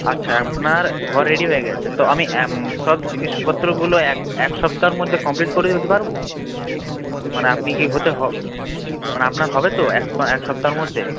আচ্ছা আপনার ঘর রেডি হয়ে গেছে তো আমি সব জিনিসপত্রগুলো এক এক সপ্তাহের মধ্যে কমপ্লিট করে দিতে পারবো মানে আপনি কি হতে মানে আপনার হবে তো এক এক সপ্তহের মধ্যে